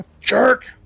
jerk